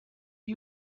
are